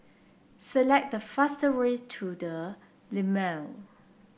select the fastest way to the Lumiere